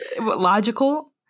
logical